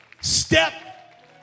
step